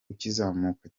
ukizamuka